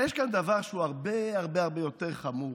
יש כאן דבר שהוא הרבה הרבה יותר חמור,